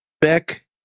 Beck